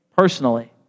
personally